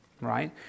right